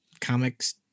comics